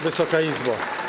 Wysoka Izbo!